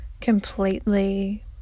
completely